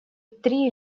три